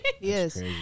Yes